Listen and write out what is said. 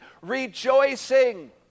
rejoicing